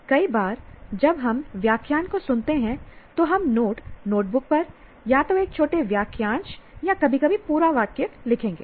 कई बार जब हम व्याख्यान को सुनते हैं तो हम नोट नोटबुक पर या तो एक छोटे वाक्यांश या कभी कभी पूरा वाक्य लिखेंगे